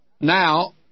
Now